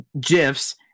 gifs